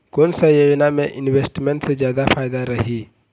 कोन सा योजना मे इन्वेस्टमेंट से जादा फायदा रही?